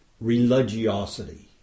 religiosity